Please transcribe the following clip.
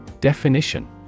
Definition